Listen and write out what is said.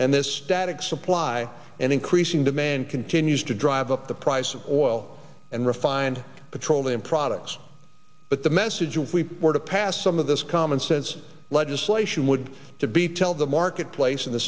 and this static supply and increasing demand continues to drive up the price of oil and refined petroleum products but the message we were to pass some of this commonsense legislation would to be tell the marketplace and the